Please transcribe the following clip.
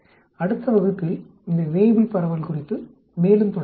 அடுத்த வகுப்பில் இந்த வேய்புல் பரவல் குறித்து மேலும் தொடருவோம்